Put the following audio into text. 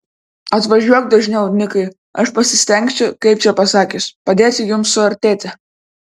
atvažiuok dažniau nikai aš pasistengsiu kaip čia pasakius padėti jums suartėti